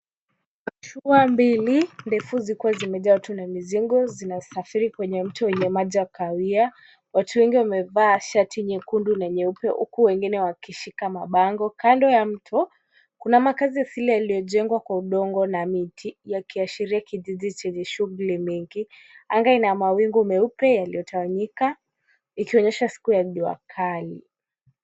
Mashua mbili ndefu, zikiwa zimejaa watu na mizigo, zinasafiri kwenye mto wenye maji ya kahawia. Watu wengi wamevaa shati nyekundu na nyeupe, huku wengine wakishika mabango. Kando ya mto, kuna makazi asili yaliyojengewa kwa udongo na miti, yakiashiria kijiji chenye shughuli mingi. Anga ina mawingu meupe yaliyotawanyika, ikionyesha siku ya jua kali.